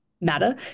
matter